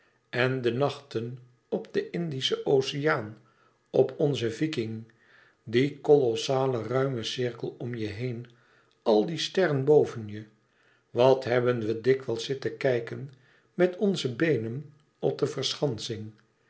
en de nachten op den indischen oceaan op onzen iking ie kolossale ruime cirkel om je heen al die sterren boven je wat hebben we dikwijls zitten kijken met onze beenen op de verschansing